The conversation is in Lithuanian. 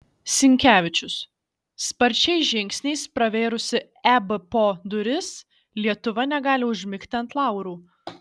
sinkevičius sparčiais žingsniais pravėrusi ebpo duris lietuva negali užmigti ant laurų